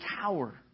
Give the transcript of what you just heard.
cower